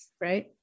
right